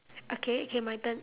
okay okay my turn